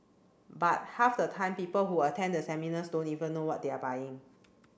but half the time people who attend the seminars don't even know what they are buying